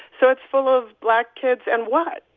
so it's full of black kids, and what?